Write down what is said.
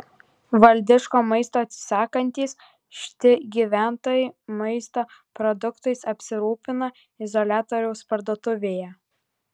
valdiško maisto atsisakantys šti gyventojai maisto produktais apsirūpina izoliatoriaus parduotuvėje